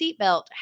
seatbelt